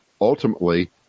ultimately